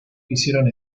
quisieron